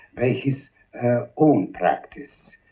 by his own practice.